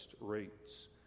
rates